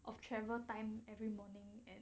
of travel time every morning and every night